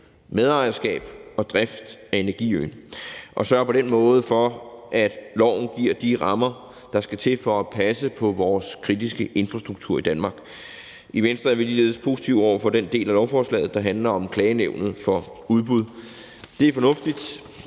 medejerskab og drift af energiøen og sørger på den måde for, at loven giver de rammer, der skal til for at passe på vores kritiske infrastruktur i Danmark. I Venstre er vi ligeledes positive over for den del af lovforslaget, der handler om Klagenævnet for Udbud. Det er fornuftigt,